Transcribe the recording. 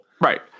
right